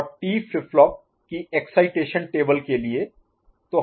और T flip flop की excitation table के लिए